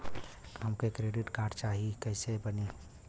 हमके credit card चाही कैसे बनी?